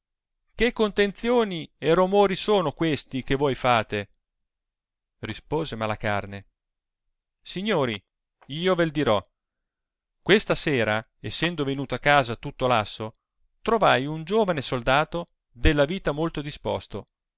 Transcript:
che contenzioni e romori sono questi che voi fate rispose malacarne signori io vel dirò questa sera essendo venuto a casa tutto lasso trovai un giovane soldato della vita molto disposto